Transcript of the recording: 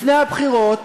לפני הבחירות